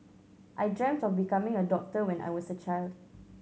I dreamt of becoming a doctor when I was a child